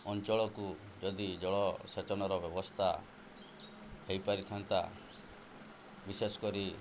ଅଞ୍ଚଳକୁ ଯଦି ଜଳସେଚନର ବ୍ୟବସ୍ଥା ହେଇପାରିଥାନ୍ତା ବିଶେଷ କରି